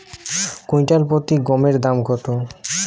Quintal প্রতি গমের দাম কত?